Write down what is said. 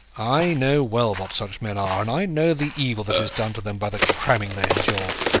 i know well what such men are, and i know the evil that is done to them by the cramming they endure.